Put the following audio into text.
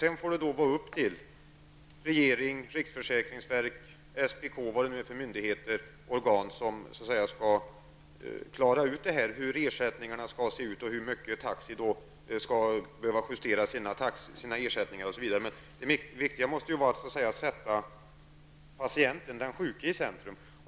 Sedan får det vara upp till regering, riksförsäkringsverket, SPK eller vad det nu är för myndigheter eller organ det gäller klara ut hur ersättningarna skall se ut och hur mycket taxi skall behöva justera sina ersättningar. Men det viktiga måste vara att sätta patienten, den sjuke, i centrum.